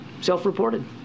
self-reported